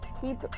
keep